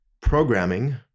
programming